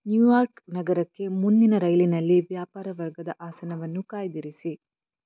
New York ನಗರಕ್ಕೆ ಮುಂದಿನ ರೈಲಿನಲ್ಲಿ ವ್ಯಾಪಾರ ವರ್ಗದ ಆಸನವನ್ನು ಕಾಯ್ದಿರಿಸಿ